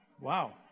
Wow